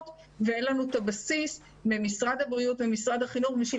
ואין לנו את הבסיס ממשרד הבריאות ומשרד החינוך בשביל